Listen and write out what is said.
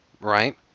right